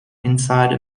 inside